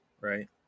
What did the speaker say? right